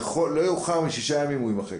יאוחר מ-6 ימים הוא יימחק.